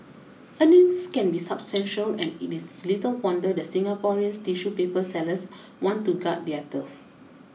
earnings can be substantial and it is little wonder the Singaporean tissue paper sellers want to guard their turf